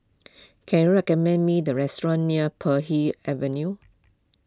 can you recommend me the restaurant near Puay Hee Avenue